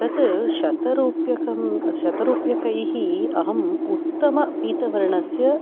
तत शतरूप्यकं शतरूप्यकैः अहम् उत्तमपीतवर्णस्य